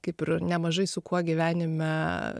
kaip ir nemažai su kuo gyvenime